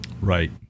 Right